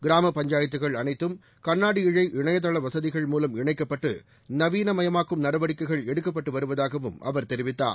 கிராம பஞ்சாயத்துக்கள் அனைத்தும் கண்ணாடி இழழ இணையதள வசதிகள் மூலம் இணைக்கப்பட்டு நவீனமயமாக்கும் நடவடிக்கைகள் எடுக்கப்பட்டு வருவதாகவும் அவர் தெரிவித்தார்